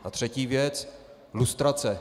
A třetí věc: lustrace.